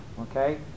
Okay